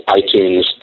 iTunes